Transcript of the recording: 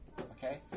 Okay